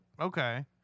Okay